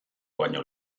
baino